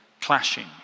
clashing